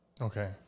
okay